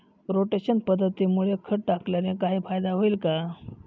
Rotation पद्धतीमुळे खत टाकल्याने काही फायदा होईल का?